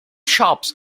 shops